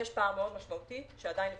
יש פער מאוד משמעותי שעדיין לפתחנו.